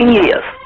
years